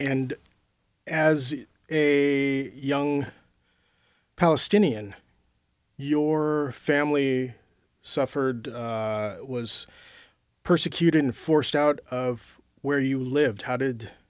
and as a young palestinian your family suffered was persecuted and forced out of where you lived how did